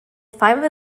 five